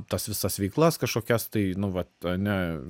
tas visas veiklas kažkokias tai nu vat ane